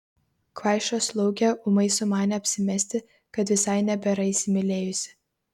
kvaiša slaugė ūmai sumanė apsimesti kad visai nebėra įsimylėjusi